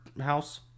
house